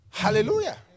Hallelujah